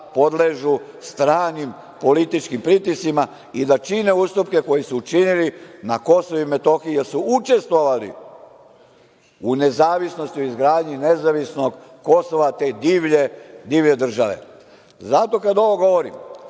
podležu stranim političkim pritiscima i da čine ustupke koje su činili na Kosovu i Metohiji, jer su učestvovali u nezavisnosti, u izgradnji nezavisnog Kosova, te divlje države. Kad ovo govorim,